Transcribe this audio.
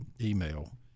email